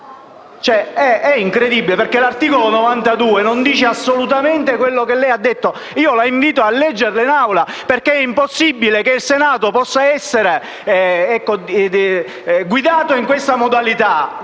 È incredibile, perché l'articolo 92 non recita assolutamente quello che lei ha detto. La invito a leggerlo all'Assemblea, perché è impossibile che il Senato possa essere guidato con questa modalità.